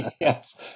Yes